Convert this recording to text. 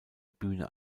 bühne